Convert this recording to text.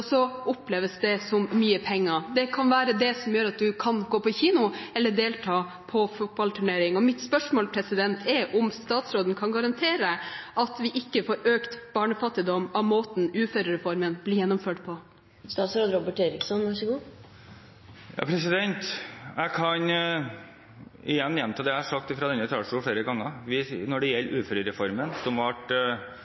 oppleves det som mye penger. Det kan være det som gjør at en kan gå på kino eller delta i en fotballturnering. Mitt spørsmål er om statsråden kan garantere at vi ikke får økt barnefattigdom av måten uførereformen blir gjennomført på? Jeg kan gjenta det jeg har sagt fra denne talerstolen flere ganger når det gjelder uførereformen, som